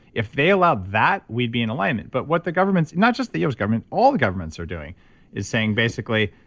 if they allow that, we'd be in alignment but what the government's, not just the u s. government, all the governments are doing is saying basically,